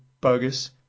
bogus